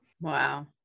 Wow